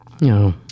No